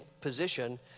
position